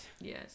Yes